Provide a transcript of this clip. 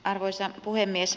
arvoisa puhemies